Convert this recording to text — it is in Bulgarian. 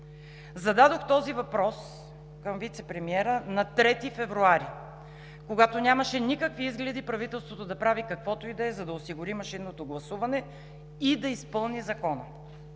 Зададох този въпрос към вицепремиера на 3 февруари, когато нямаше никакви изгледи правителството да прави каквото и да е, за да осигури машинното гласуване и да изпълни закона.